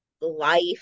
life